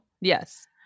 Yes